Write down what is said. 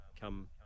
Come